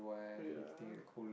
ya